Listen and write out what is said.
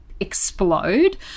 explode